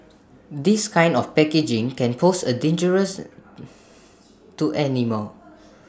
this kind of packaging can pose A dangerous to animals